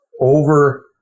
over